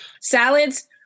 salads